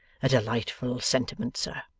a delightful sentiment, sir